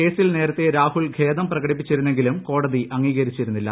കേസിൽ നേരത്തെ രാഹുൽ ഖേദം പ്രകടിപ്പിച്ചിരുന്നെങ്കിലും കോടതി അംഗീകരിച്ചിരുന്നില്ല